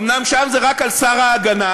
אומנם שם זה רק על שר ההגנה,